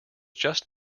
just